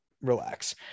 Relax